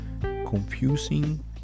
Confusing